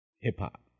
hip-hop